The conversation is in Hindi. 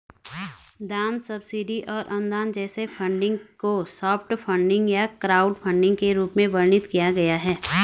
दान सब्सिडी और अनुदान जैसे फंडिंग को सॉफ्ट फंडिंग या क्राउडफंडिंग के रूप में वर्णित किया गया है